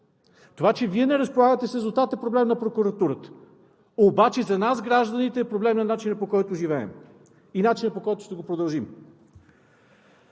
Това, че Вие не разполагате с резултат, е проблем на прокуратурата, обаче за нас гражданите е проблем на начина, по който живеем, и начина, по който ще го продължим.